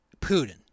Putin